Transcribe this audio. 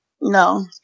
No